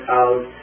out